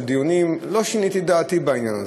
של דיונים,